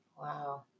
Wow